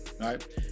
right